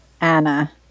Anna